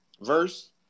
verse